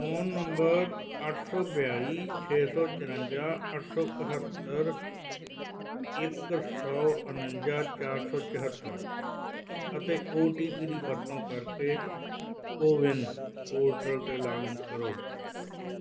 phone number ਅੱਠ ਸੌ ਬਿਆਲੀ ਛੇ ਸੌ ਚੁਰੰਜਾ ਅੱਠ ਸੌ ਇਕੱਹਤਰ ਇੱਕ ਸੌ ਉਨੰਜਾ ਚਾਰ ਸੌ ਚੁਹੱਤਰ ਅਤੇ ਓਟੀਪੀ ਦੀ ਵਰਤੋਂ ਕਰਕੇ ਕੋਵਿਨ ਪੋਰਟਲ 'ਤੇ ਲੌਗਇਨ ਕਰੋ